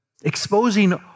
Exposing